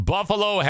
Buffalo